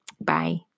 Bye